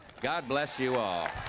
god bless you all.